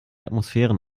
atmosphären